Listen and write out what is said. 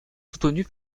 soutenue